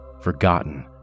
forgotten